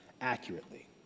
accurately